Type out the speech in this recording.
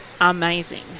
Amazing